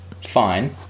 Fine